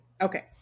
Okay